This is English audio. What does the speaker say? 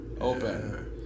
open